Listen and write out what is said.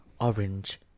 orange